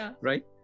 right